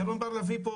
ירון בר לביא פה,